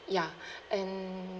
ya and